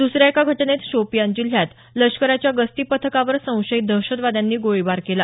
दुसऱ्या एका घटनेत शोपियान जिल्ह्यात लष्कराच्या गस्ती पथकावर संशयित दहशतवाद्यांनी गोळीबार केला